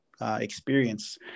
experience